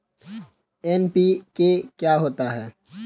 NPK क्या होता है?